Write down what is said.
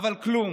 אבל כלום.